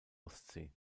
ostsee